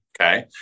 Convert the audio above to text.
okay